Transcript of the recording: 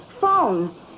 phone